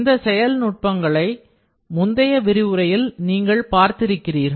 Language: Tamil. இந்த செயல் நுட்பங்களை முந்தைய விரிவுரையில் நீங்கள் பார்த்திருக்கிறீர்கள்